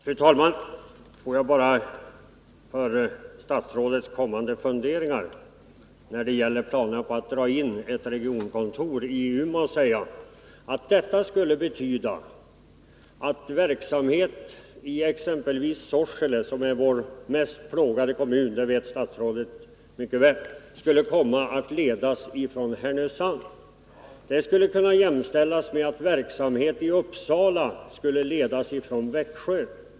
Fru talman! Får jag bara för statsrådets kommande funderingar när det gäller planerna på att dra in ett regionkontor i Umeå säga att detta skulle betyda att verksamheten i exempelvis Sorsele, som är vår mest plågade kommun — det vet statsrådet mycket väl — skulle komma att ledas från Härnösand. Det skulle kunna jämställas med att verksamhet i Uppsala skulle ledas från Växjö.